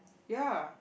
ya